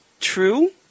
true